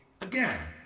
Again